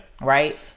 Right